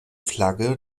flagge